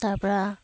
তাৰ পৰা